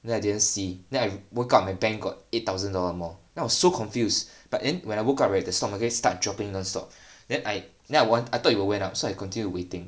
then I didn't see then I woke up my bank got eight thousand dollar more then I so confused but then when I woke up right the stock market start dropping nonstop then I then I went I thought it'll went up so I continued waiting